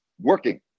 working